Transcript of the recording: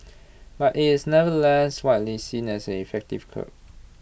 but is nevertheless widely seen as an effective curb